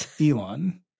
Elon